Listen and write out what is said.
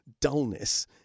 Dullness